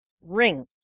ring